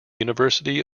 university